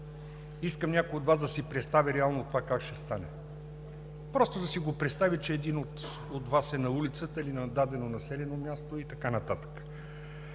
Искам някой от Вас да си представи как ще стане това реално, просто да си представи, че един от Вас е на улицата или в дадено населено място и така нататък.